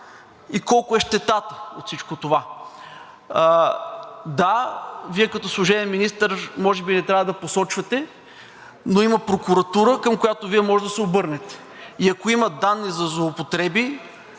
и колко е щетата от всичко това? Да, Вие като служебен министър може би не трябва да посочвате, но има прокуратура, към която може да се обърнете, и ако има данни за злоупотреби,